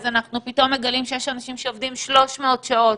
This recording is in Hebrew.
אז אנחנו פתאום מגלים שיש אנשים שעובדים 300 שעות.